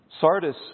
Sardis